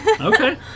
Okay